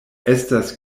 estas